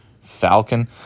Falcon